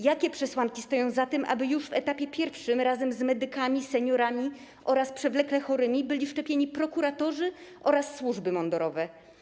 Jakie przesłanki stoją za tym, aby już w etapie pierwszym razem z medykami, seniorami oraz przewlekle chorymi byli szczepieni prokuratorzy oraz służby mundurowe?